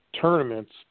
tournaments